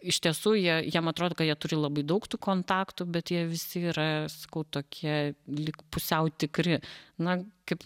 iš tiesų jie jiem atrodo kad jie turi labai daug tų kontaktų bet jie visi yra sakau tokie lyg pusiau tikri na kaip